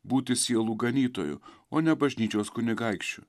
būti sielų ganytoju o ne bažnyčios kunigaikščiu